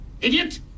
Idiot